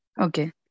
okay